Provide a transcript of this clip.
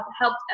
helped